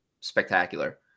spectacular